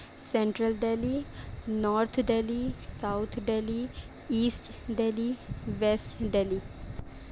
central Delhi north Delhi south Delhi east Delhi west Delhi